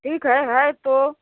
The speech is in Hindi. ठीक है है तो